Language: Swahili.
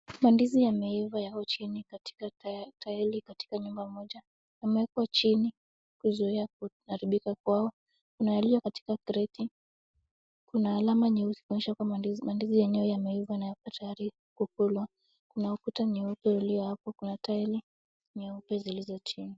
Mandizi yameiva yako chini katika taili katika nyumba moja, yameekwa chini kuzuia kuharibika kwao, kuna yaliyo katika kreti, kuna alama nyeusi kuonyesha kwamba mandizi yenyewe yameiva na yako tayari kukulwa. Kuna ukuta nyeupe iliyo hapo, kuna taili nyeupe zilizo chini.